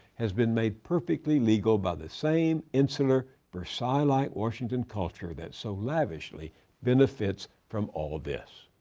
has been made perfectly legal by the same insular, versailles-like washington culture that so lavishly benefits from all of this.